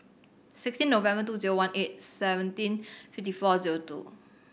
sixteen November two zero one eight seventeen fifty four zero two